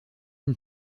une